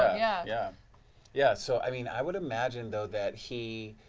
ah yeah yeah yeah so i mean, i would imagine though that he